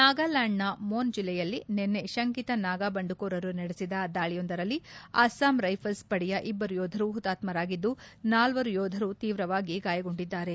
ನಾಗಾಲ್ಕಾಂಡ್ನ ಮೊನ್ ಜಿಲ್ಲೆಯಲ್ಲಿ ನಿನ್ನೆ ಶಂಕಿತ ನಾಗಾ ಬಂಡುಕೋರರು ನಡೆಸಿದ ದಾಳಿಯೊಂದರಲ್ಲಿ ಅಸ್ಲಾಂ ರೈಸಲ್ಸ್ ಪಡೆಯ ಇಬ್ಬರು ಯೋಧರು ಹುತಾತ್ಮರಾಗಿದ್ದು ನಾಲ್ವರು ಯೋಧರು ಶೀವ್ರವಾಗಿ ಗಾಯಗೊಂಡಿದ್ದಾರೆ